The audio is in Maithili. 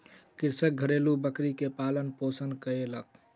कृषक घरेलु बकरी के पालन पोषण कयलक